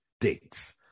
dates